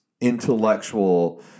intellectual